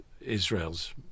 Israel's